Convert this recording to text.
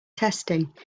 testing